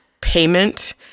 payment